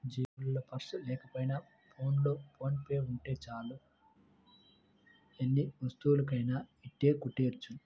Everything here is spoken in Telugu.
జేబులో పర్సు లేకపోయినా ఫోన్లో ఫోన్ పే ఉంటే చాలు ఎన్ని వస్తువులనైనా ఇట్టే కొనెయ్యొచ్చు